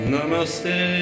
Namaste